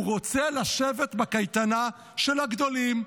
הוא רוצה לשבת בקייטנה של הגדולים,